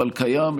אבל קיים,